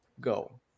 go